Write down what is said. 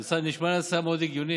זו נשמעת לי הצעה מאוד הגיונית,